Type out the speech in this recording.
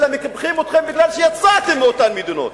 אלא מקפחים אתכם כי יצאתם מאותן מדינות,